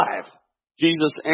Jesus